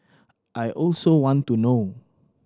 I also want to know